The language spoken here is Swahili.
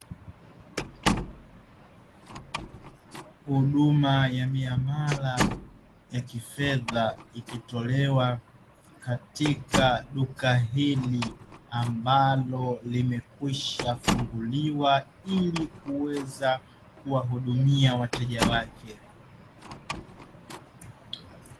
Huduma ya miamala ya kifedha, ikitolewa katika duka hili ambalo limekwisha funguliwa ili kuweza kuwahudumia wateja wake.